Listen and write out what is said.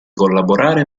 collaborare